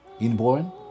inborn